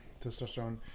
testosterone